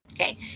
Okay